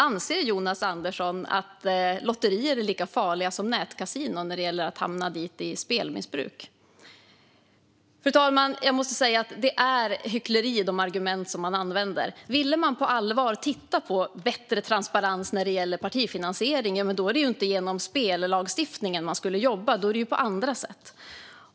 Anser Jonas Andersson att lotterier är lika farliga som nätkasinon när det gäller att hamna i spelmissbruk? Fru talman! Jag måste säga att de argument man använder är hyckleri. Ville man på allvar titta på bättre transparens när det gäller partifinansiering är det inte genom spellagstiftningen man skulle jobba utan på andra sätt.